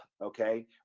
okay